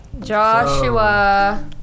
Joshua